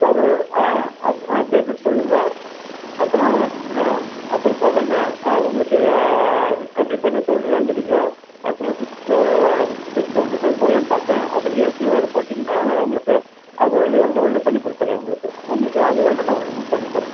ஆ அ ஆ கேட்டுவிட்டு சொல்லுங்கள் அப்புறம் ஆ அப்புறம் செவன்னு ஆ உங்களுக்கு கம்மி பண்ண சொல்றேங்கிறீங்க ஆக்சுவலாக சிக்ஸ் சிக்ஸ் செவன்ட்டி ஃபை போடலாம் பார்த்தேன் அப்புறம் ஏசி வேறே போட்டீங்கனா உங்களுக்கு அதுவும் ஏழு ருபாயிலயே பண்ணிக்கொடுத்துட்றேன் உங்களுக்கு உங்களுக்கு அது வேணா நான் பண்ணித்தரேன்